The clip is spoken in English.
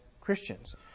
Christians